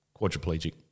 quadriplegic